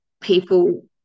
people